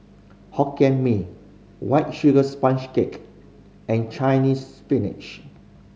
Hokkien Mee White Sugar Sponge Cake and Chinese Spinach